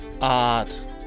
Art